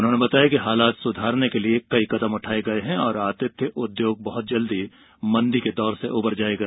उन्होंने बताया कि हालत सुधारने के लिए कदम उठाए गए हैं और आतिथ्य उद्योग बहत जल्द मंदी के दौर से उबर जाएगा